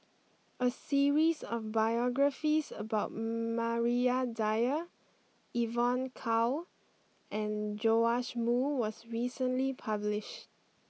a series of biographies about Maria Dyer Evon Kow and Joash Moo was recently published